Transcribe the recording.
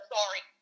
Sorry